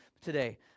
today